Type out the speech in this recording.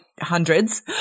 Hundreds